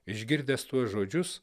išgirdęs tuos žodžius